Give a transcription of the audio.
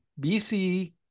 BC